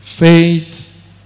faith